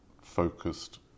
focused